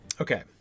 Okay